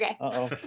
Okay